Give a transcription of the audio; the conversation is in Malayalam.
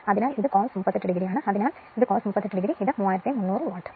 അതിനാൽ ഇത് cos 38 o ആണ് അതിനാലാണ് ഇത് cos 38 o ഇത് 3300 വാട്ട്